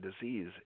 disease